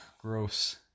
gross